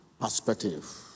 perspective